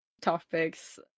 topics